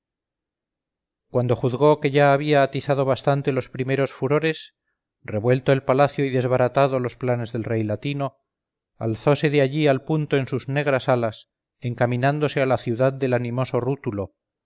cuando juzgó que ya había atizado bastante los primeros furores revuelto el palacio y desbaratado los planes del rey latino alzose de allí al punto en sus negras alas encaminándose a la ciudad del animosos rútulo